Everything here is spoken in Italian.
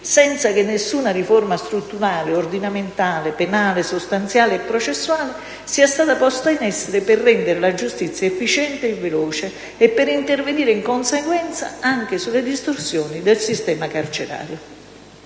senza che alcuna riforma strutturale, ordinamentale, penale, sostanziale e processuale sia stata posta in essere per rendere la giustizia efficiente e veloce e intervenire, in conseguenza, anche sulle distorsioni del sistema carcerario: